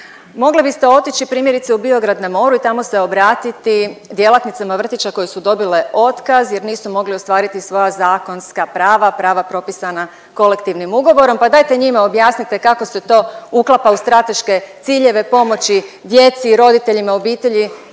mogli biste otići primjerice u Biograd na moru i tamo se obratiti djelatnicama vrtića koje su dobile otkaz jer nisu mogle ostvariti svoja zakonska prava, prava propisana Kolektivnim ugovorom. Pa dajte njima objasnite kako se to uklapa u strateške ciljeve pomoći djeci, roditeljima, obitelji